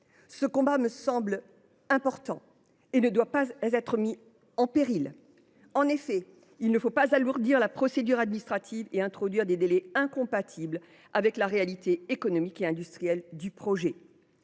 Ce combat me semble important, ce texte ne doit pas être compromis. Il ne faudrait pas alourdir les procédures administratives et introduire des délais incompatibles avec la réalité économique et industrielle du projet.